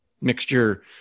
mixture